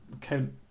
count